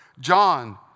John